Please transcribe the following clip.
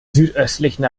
südöstlichen